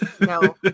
No